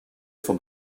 sont